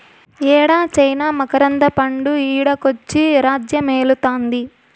యేడ చైనా మకరంద పండు ఈడకొచ్చి రాజ్యమేలుతాంది